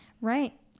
right